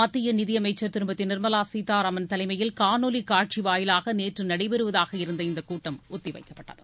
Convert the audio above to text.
மத்திய நிதியமைச்சர் திருமதி நிர்மலா சீதாராமன் தலைமையில் காணொலி காட்சி வாயிலாக நேற்று நடைபெறுவதாக இருந்த கூட்டம் ஒத்தி வைக்கப்பட்டது